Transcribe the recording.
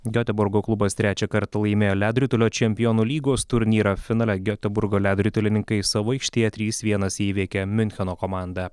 gioteburgo klubas trečią kartą laimėjo ledo ritulio čempionų lygos turnyrą finale gioteburgo ledo ritulininkai savo aikštėje trys vienas įveikė miuncheno komandą